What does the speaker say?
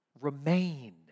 remain